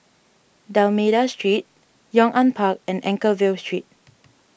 D'Almeida Street Yong An Park and Anchorvale Street